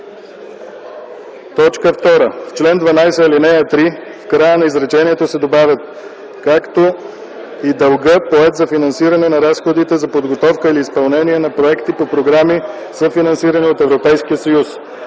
2”.” 2. В чл. 12, ал. 3 в края на изречението се добавя „както и дълга, поет за финансиране на разходите за подготовка и изпълнение на проекти по програми, съфинансирани от Европейския съюз.”